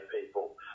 people